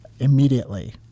immediately